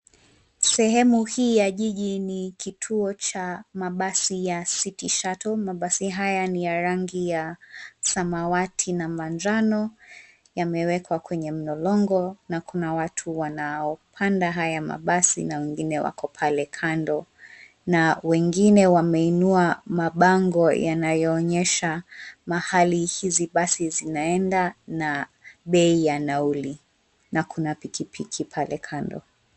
Sehemu hii ya jiji ni kituo cha mabasi ya City Shuttle. Mabasi haya ni ya rangi ya samawati na manjano yamewekwa kwenye mlolongo na kuna watu wanao panda haya mabasi na wengine wako pale kando na wengine wameinua mabango yanayo onyesha mahali hizi basi zinaenda na bei ya nauli. Kuna pikipiki pale kando.